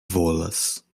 volas